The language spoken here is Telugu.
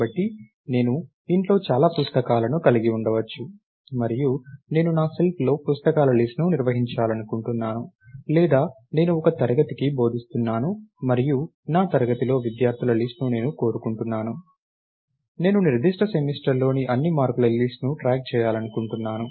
కాబట్టి నేను ఇంట్లో చాలా పుస్తకాలను కలిగి ఉండవచ్చు మరియు నేను నా షెల్ఫ్లో పుస్తకాల లిస్ట్ ను నిర్వహించాలనుకుంటున్నాను లేదా నేను ఒక తరగతికి బోధిస్తున్నాను మరియు నా తరగతిలో విద్యార్థుల లిస్ట్ ను నేను కోరుకుంటున్నాను నేను నిర్దిష్ట సెమిస్టర్లోని అన్ని మార్కుల లిస్ట్ ను ట్రాక్ చేయాలనుకుంటున్నారు